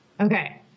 Okay